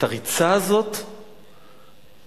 הריצה הזאת לארצות-הברית,